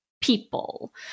people